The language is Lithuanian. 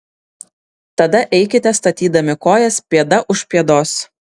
tada eikite statydami kojas pėda už pėdos